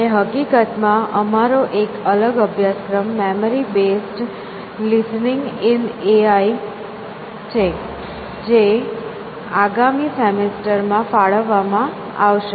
અને હકીકતમાં અમારો એક અલગ અભ્યાસક્રમ memory based listening in AI છે જે આગામી સેમેસ્ટર માં ફાળવવામાં આવશે